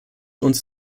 uns